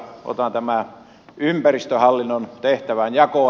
otan tämän ympäristöhallinnon tehtävänjaon